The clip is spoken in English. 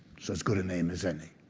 it's as good a name as any.